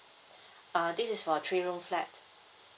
uh this is for a three room flat